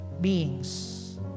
beings